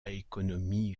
économie